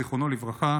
זיכרונו לברכה,